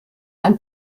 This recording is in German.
ein